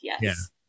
yes